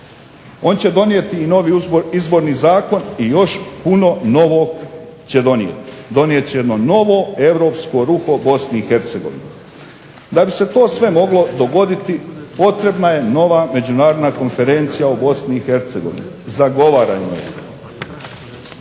On će donijeti i novi izborni zakon i još puno novog će donijeti. Donijet ćemo novo europsko ruho BiH. Da bi se to sve moglo dogoditi potrebna je nova Međunarodna konferencija u BiH. Zagovarajmo